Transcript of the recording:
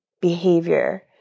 behavior